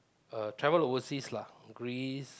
uh travel overseas lah Greece